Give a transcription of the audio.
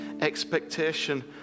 expectation